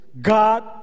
God